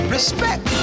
Respect